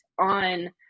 on